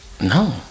No